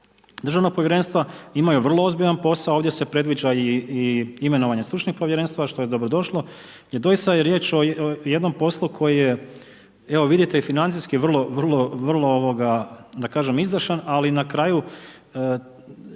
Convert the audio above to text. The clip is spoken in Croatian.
državnog povjerenstva, imaju vrlo ozbiljan posao. Ovdje se predviđa i imenovanje stručnog povjerenstva što je dobrodošlo jer doista je riječ o jednom poslu koji je evo vidite i financijski vrlo da kažem izdašan, ali na kraju